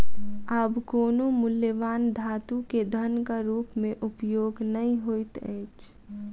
आब कोनो मूल्यवान धातु के धनक रूप में उपयोग नै होइत अछि